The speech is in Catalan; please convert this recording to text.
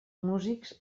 músics